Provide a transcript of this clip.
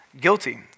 Guilty